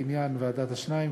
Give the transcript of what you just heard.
בעניין "ועדת השניים",